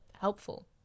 helpful